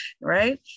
right